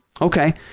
Okay